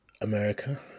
America